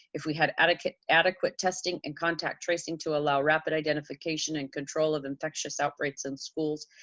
if we had adequate adequate testing and contact tracing to allow rapid identification and control of infectious outbreaks in schools,